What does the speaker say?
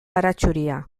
baratxuria